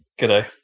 G'day